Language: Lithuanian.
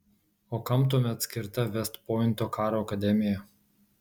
o kam tuomet skirta vest pointo karo akademija